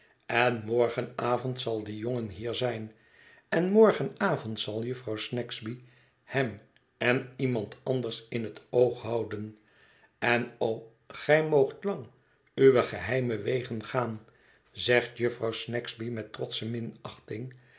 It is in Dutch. en morgenavond zal die jongen hier zijn en morgenavond zal jufvrouw snagsby hem en iemand anders in het oog houden en o gij moogt lang uwe geheime wegen gaan zegt jufvrouw snagsby mét trotsche